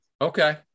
Okay